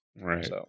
Right